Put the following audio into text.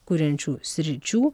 kuriančių sričių